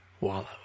wallow